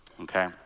Okay